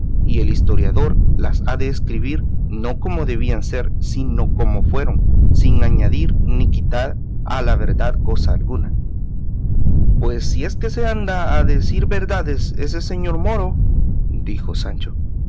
y el historiador las ha de escribir no como debían ser sino como fueron sin añadir ni quitar a la verdad cosa alguna pues si es que se anda a decir verdades ese señor moro dijo sancho